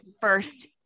first